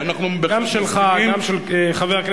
גם שלך גם של חבר הכנסת,